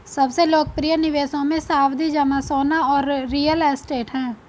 सबसे लोकप्रिय निवेशों मे, सावधि जमा, सोना और रियल एस्टेट है